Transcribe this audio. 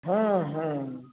हाँ हाँ